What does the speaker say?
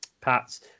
Pats